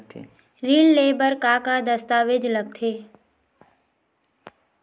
ऋण ले बर का का दस्तावेज लगथे?